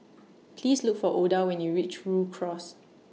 Please Look For Oda when YOU REACH Rhu Cross